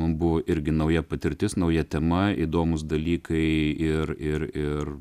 mum buvo irgi nauja patirtis nauja tema įdomūs dalykai ir ir ir